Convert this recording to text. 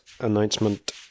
announcement